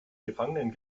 gefangenen